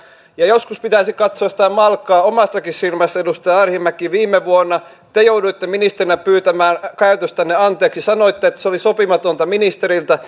joskus pitäisi katsoa sitä malkaa omastakin silmästä edustaja arhinmäki viime vuonna te jouduitte ministerinä pyytämään käytöstänne anteeksi sanoitte että se oli sopimatonta ministeriltä